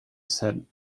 said